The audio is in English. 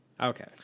Okay